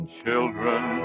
children